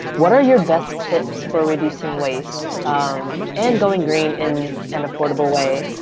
what are your best tips for reducing waste um and going green in an affordable way